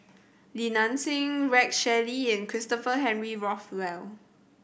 Li Nanxing Rex Shelley and Christopher Henry Rothwell